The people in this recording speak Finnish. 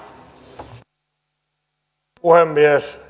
arvoisa puhemies